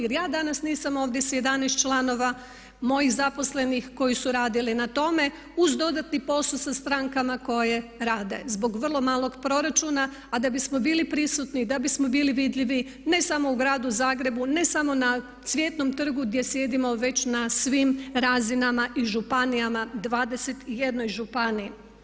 Jer ja danas nisam ovdje s 11 članova, mojih zaposlenih koji su radili na tome uz dodatni posao sa stranaka koje rade zbog vrlo malog proračuna a da bismo bili prisutni i da bismo bili vidljivi ne samo u gradu Zagrebu, ne samo na Cvjetnom trgu gdje sjedimo već na svim razinama i županijama, 21 županiji.